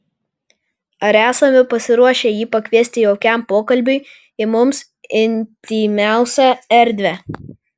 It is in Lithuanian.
ar esame pasiruošę jį pakviesti jaukiam pokalbiui į mums intymiausią erdvę